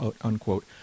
unquote